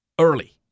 early